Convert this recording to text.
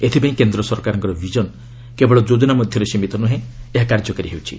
ଏଥପାଇଁ କେନ୍ଦ୍ର ସରକାରଙ୍କର ଭିଜନ କେବଳ ଯୋଜନା ମଧ୍ୟରେ ସୀମିତ ନ୍ରହେଁ ଏହା କାର୍ଯ୍ୟକାରୀ ହେଉଛି